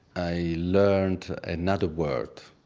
i learned another world,